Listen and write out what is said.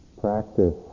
practice